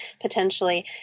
potentially